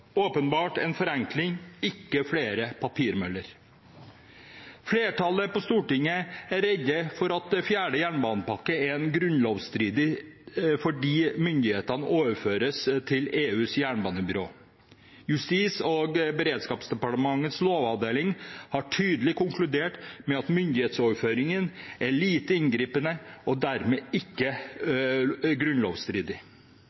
forenkling, ikke flere papirmøller. Flertallet på Stortinget er redd for at fjerde jernbanepakke er grunnlovsstridig fordi myndigheten overføres til EUs jernbanebyrå. Justis- og beredskapsdepartementets lovavdeling har tydelig konkludert med at myndighetsoverføringen er lite inngripende og dermed ikke